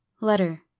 letter